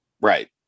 Right